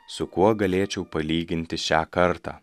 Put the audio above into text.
su kuo galėčiau palyginti šią kartą